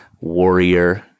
warrior